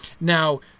Now